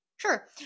Sure